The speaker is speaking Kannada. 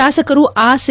ಶಾಸಕರು ಆಸೆ